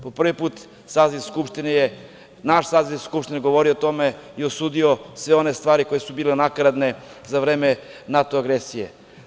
Po prvi put saziv Skupštine je, naš saziv Skupštine, govori o tome i osudio je sve one stvari koje su bile nakaradne za vreme NATO agresije.